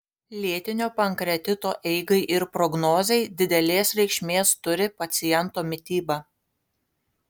lėtinio pankreatito eigai ir prognozei didelės reikšmės turi paciento mityba